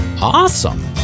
Awesome